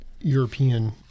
European